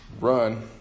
run